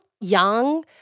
young